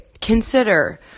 Consider